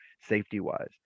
safety-wise